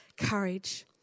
courage